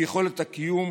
ביכולת הקיום,